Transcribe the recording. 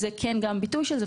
וזה גם ביטוי של זה.